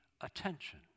attention